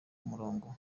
umurongo